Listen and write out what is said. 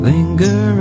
Linger